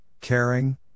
caring